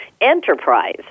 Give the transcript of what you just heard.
enterprise